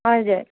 हजुर